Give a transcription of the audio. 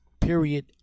Period